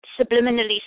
subliminally